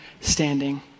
standing